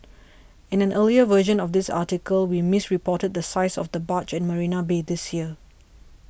in an earlier version of this article we misreported the size of the barge at Marina Bay this year